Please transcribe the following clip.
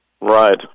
Right